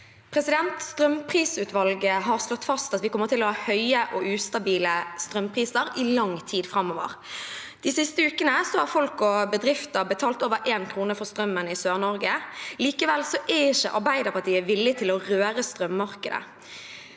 Strømprisutvalget har slått fast at vi kommer til å ha høye og ustabile strømpriser i lang tid framover. De siste ukene har folk og bedrifter betalt over én krone for strømmen i SørNorge. Likevel er ikke Arbeiderpartiet villig til å røre strømmarkedet.